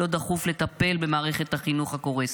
דחוף לטפל במערכת החינוך הקורסת,